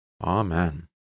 Amen